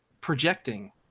projecting